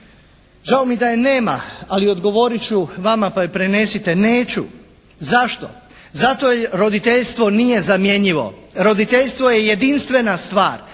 Žao mi je da je nema, ali odgovorit ću vama pa joj prenesite. Neću. Zašto? Zato jer roditeljstvo nije zamjenjivo. Roditeljstvo je jedinstvena stvar.